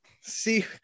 See